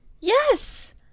Yes